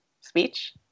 speech